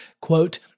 quote